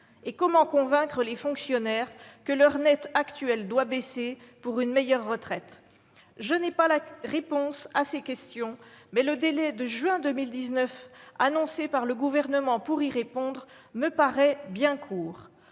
? Comment convaincre les fonctionnaires que leur salaire net actuel doit baisser pour une meilleure retraite ? Je n'ai pas la réponse à ces questions, et l'échéance de juin 2019 annoncé par le Gouvernement pour y répondre me paraît bien proche.